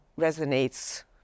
resonates